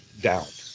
doubt